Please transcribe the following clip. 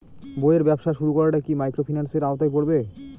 বইয়ের ব্যবসা শুরু করাটা কি মাইক্রোফিন্যান্সের আওতায় পড়বে?